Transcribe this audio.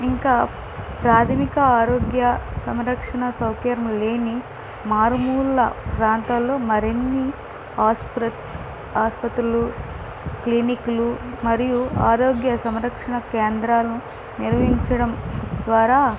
ఇంకా ప్రాథమిక ఆరోగ్య సంరక్షణ సౌఖ్యము లేని మారుమూల ప్రాంతంలో మరిన్ని ఆస్పత్రులు క్లినిక్లు మరియు ఆరోగ్య సం రక్షణ కేంద్రాలను నిర్వహించడం ద్వారా